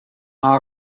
kommt